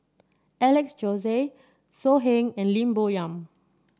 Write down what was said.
Alex Josey So Heng and Lim Bo Yam